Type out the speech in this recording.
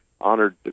honored